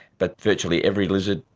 but virtually every lizard,